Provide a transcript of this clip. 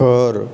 ઘર